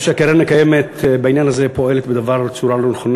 אני חושב שהקרן הקיימת בעניין הזה פועלת בצורה לא נכונה.